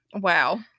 Wow